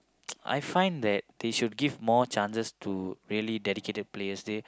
I find that they should give more chances to really dedicated players they